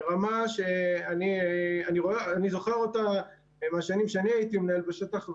ברמה שאני זוכר אותה מהשנים שאני הייתי מנהל בשטח,